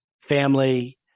family